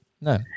No